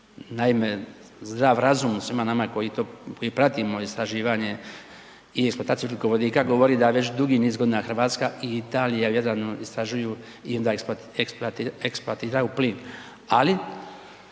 Naime, zdrav razum u svima nama koji pratimo istraživanje i eksploataciju ugljikovodika govori da već dugi niz godina Hrvatska i Italija vjerno istražuju i onda eksploatira u plin ali